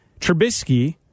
Trubisky